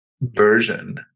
version